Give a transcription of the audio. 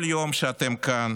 כל יום שאתם כאן